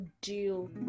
deal